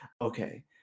okay